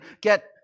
get